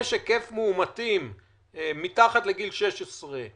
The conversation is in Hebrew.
עמדתך שצריך